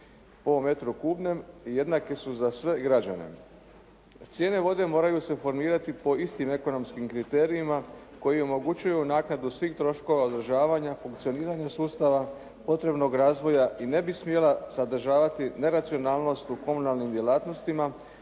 po metru kubnom i jednake su za sve građane. Cijene vode moraju se formirati po istim ekonomskim kriterijima koji omogućuju naknadu svih troškova održavanja, funkcioniranje sustava, potrebnog razvoja i ne bi smjela sadržavati neracionalnost u komunalnim djelatnostima